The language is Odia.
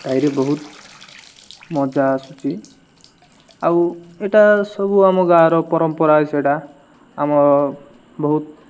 ତାଇରେ ବହୁତ ମଜା ଆସୁଛି ଆଉ ଏଇଟା ସବୁ ଆମ ଗାଁର ପରମ୍ପରା ସେଇଟା ଆମ ବହୁତ